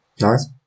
Nice